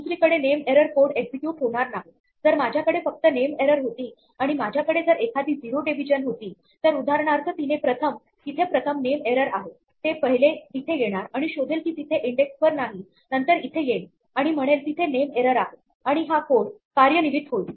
दुसरीकडे name error code execute होणार नाही जर माझ्याकडे फक्त नेम एरर होती आणि माझ्याकडे जर एखादी झिरो डिव्हिजन होती तर उदाहरणार्थ तिथे प्रथम नेम एरर आहे ते पहिले इथे येणार आणि शोधेल की तिथे इंडेक्स वर नाही नंतर इथे येईल आणि म्हणेल तिथे नेम एरर आहे आणि कोड कार्यान्वित होईल